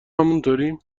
همونطوریم